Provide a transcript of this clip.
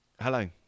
Hello